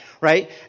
right